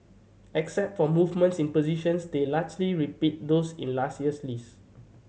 except for movements in positions they largely repeat those in last year's list